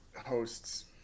hosts